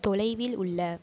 தொலைவில் உள்ள